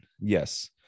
yes